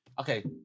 Okay